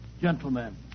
Gentlemen